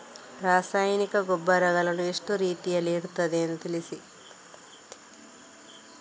ರಾಸಾಯನಿಕ ಗೊಬ್ಬರಗಳು ಎಷ್ಟು ರೀತಿಯಲ್ಲಿ ಇರ್ತದೆ ತಿಳಿಸಿ?